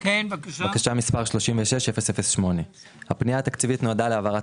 בקשה מס' 36-008. הפנייה התקציבית נועדה להעברת